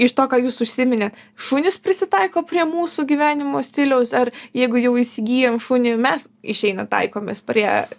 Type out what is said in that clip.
iš to ką jūs užsiminėt šunys prisitaiko prie mūsų gyvenimo stiliaus ar jeigu jau įsigyjam šunį mes išeina taikomės prie